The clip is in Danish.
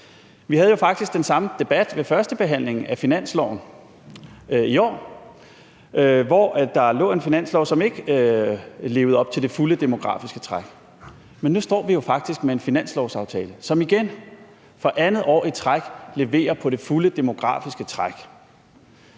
Vi havde faktisk den samme debat ved førstebehandlingen af finansloven i år. Der lå et forslag til en finanslov, som ikke levede op til det fulde demografiske træk. Men nu står vi jo faktisk med en finanslovsaftale, som igen for andet år i træk leverer på det fulde demografiske træk.